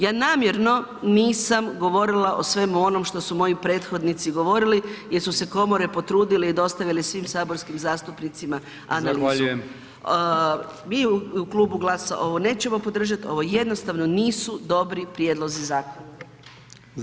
Ja namjerno nisam govorila o svemu onom što su moji prethodnici govorili jer su se komore potrudile i dostavile svim saborskih zastupnicima analizu [[Upadica: Zahvaljujem.]] Mi u Klubu GLAS-a ovo nećemo podržati, ovo jednostavno nisu dobri prijedlozi zakona.